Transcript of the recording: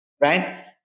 right